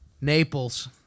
Naples